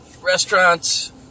restaurants